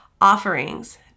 offerings